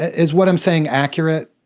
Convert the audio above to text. is what i'm saying accurate?